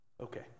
Okay